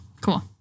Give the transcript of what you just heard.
cool